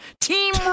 Team